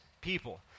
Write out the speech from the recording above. people